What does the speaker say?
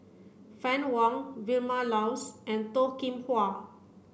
Fann Wong Vilma Laus and Toh Kim Hwa